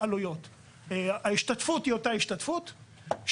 ההשתתפות היא אותה השתתפות,